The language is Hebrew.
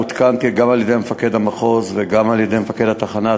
עודכנתי גם על-ידי מפקד המחוז וגם על-ידי מפקד התחנה,